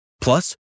Plus